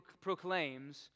proclaims